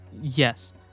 Yes